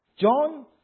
John